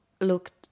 looked